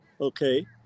okay